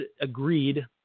agreed